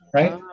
right